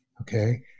okay